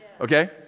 okay